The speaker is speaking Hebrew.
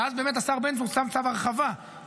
ואז באמת השר בן צור שם צו הרחבה גם